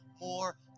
more